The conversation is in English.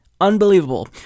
unbelievable